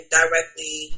directly